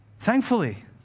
thankfully